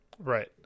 Right